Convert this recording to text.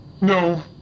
No